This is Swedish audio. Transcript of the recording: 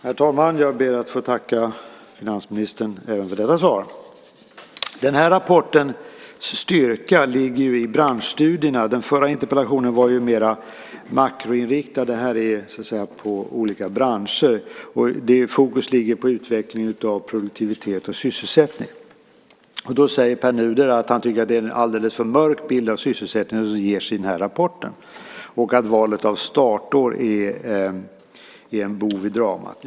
Herr talman! Jag ber att få tacka finansministern även för detta svar. Den här rapportens styrka ligger i branschstudierna. Den förra interpellationen var mer makroinriktad. Den här är mer inriktad på olika branscher. Fokus ligger på utvecklingen av produktivitet och sysselsättning. Pär Nuder säger att han tycker att det är en alldeles för mörk bild av sysselsättningen som ges i denna rapport och att valet av startår är en bov i dramat.